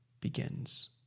begins